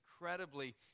incredibly